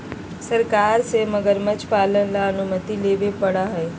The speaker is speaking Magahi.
सरकार से मगरमच्छ पालन ला अनुमति लेवे पडड़ा हई